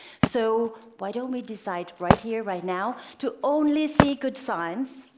so why don't we decide, right here, right now, to only see good signs?